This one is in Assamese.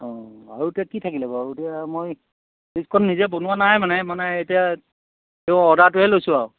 অঁ আৰু এতিয়া কি থাকিলে বাৰু এতিয়া মই লিষ্টখন নিজে বনোৱা নাই মানে মানে এতিয়া অৰ্ডাৰটোহে লৈছোঁ আৰু